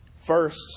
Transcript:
first